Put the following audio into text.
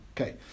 Okay